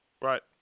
Right